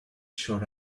sure